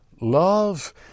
love